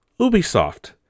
Ubisoft